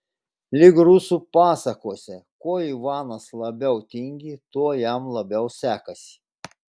lyg rusų pasakose kuo ivanas labiau tingi tuo jam labiau sekasi